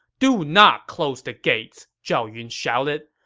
do not close the gates! zhao yun shouted.